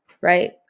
right